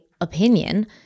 opinion